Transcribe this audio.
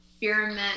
experiment